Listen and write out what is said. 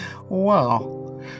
wow